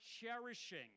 cherishing